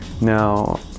Now